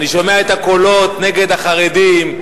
אני שומע את הקולות נגד החרדים,